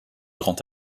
grand